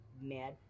mad